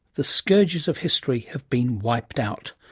the scourges of history have been wiped out.